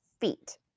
feet